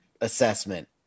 assessment